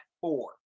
four